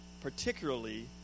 particularly